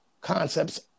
concepts